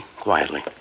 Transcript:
quietly